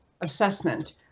assessment